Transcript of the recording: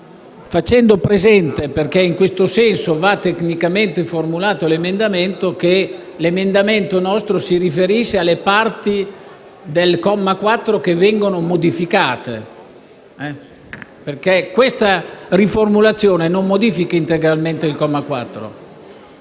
facendo presente, perché in questo senso va tecnicamente formulato, che il nostro emendamento si riferisce alle parti del comma 4 che vengono modificate, perché questa riformulazione non modifica integralmente il comma 4.